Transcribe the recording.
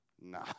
nah